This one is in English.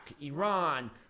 Iran